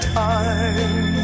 time